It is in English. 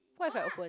what if I open